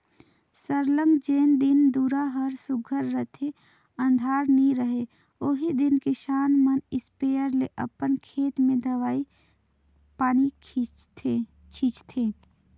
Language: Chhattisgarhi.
सरलग जेन दिन दुरा हर सुग्घर रहथे अंधार नी रहें ओही दिन किसान मन इस्पेयर ले अपन खेत में दवई पानी छींचथें